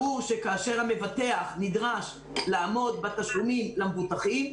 ברור שכאשר המבטח נדרש לעמוד בתשלומים למבוטחים,